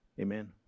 Amen